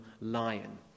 lion